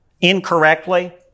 incorrectly